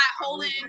holding